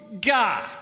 God